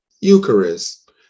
Eucharist